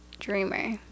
dreamer